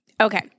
Okay